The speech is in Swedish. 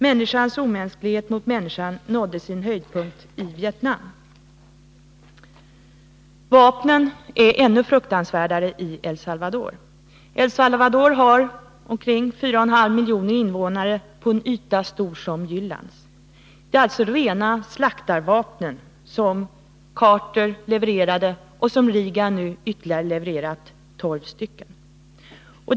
Människans omänsklighet mot människan nådde sin höjdpunkt i Vietnam.” Vapnen är ännu mer fruktansvärda i El Salvador. El Salvador har omkring 4,5 miljoner invånare på en yta så stor som Jyllands. Det är alltså rena slaktarvapen som Carter levererade och som Reagan nu levererat ytterligare tolv stycken av.